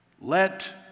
Let